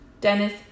Dennis